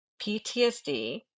PTSD